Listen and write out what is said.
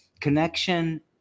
connection